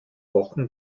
wochen